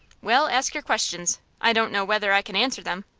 well, ask your questions i don't know whether i can answer them.